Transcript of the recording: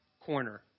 corner